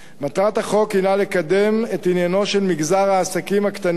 מטרת החוק הינה לקדם את עניינו של מגזר העסקים הקטנים